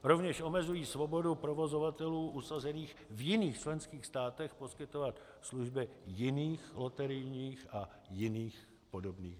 Rovněž omezují svobodu provozovatelů usazených v jiných členských státech poskytovat služby jiných loterijních a jiných podobných her.